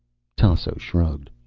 tasso shrugged.